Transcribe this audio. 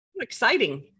Exciting